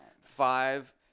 five